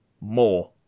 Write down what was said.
more